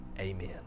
amen